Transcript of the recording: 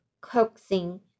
coaxing